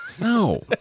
no